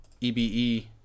EBE